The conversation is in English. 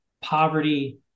poverty